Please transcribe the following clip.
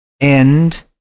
end